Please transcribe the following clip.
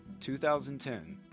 2010